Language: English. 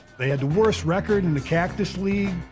they had the worst record in the cactus league.